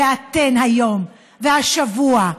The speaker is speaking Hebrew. ואתן היום והשבוע,